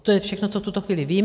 To je všechno, co v tuto chvíli vím.